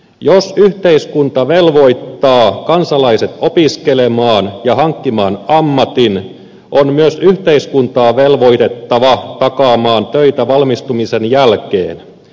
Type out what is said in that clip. jos yhteiskunta velvoittaa kansalaiset opiskelemaan ja hankkimaan ammatin on myös yhteiskuntaa velvoitettava takaamaan töitä valmistumisen jälkeen